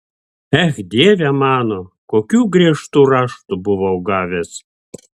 ech dieve mano kokių griežtų raštų buvau gavęs